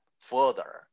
further